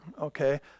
okay